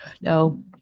No